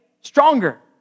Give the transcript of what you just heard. stronger